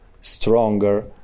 stronger